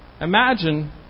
imagine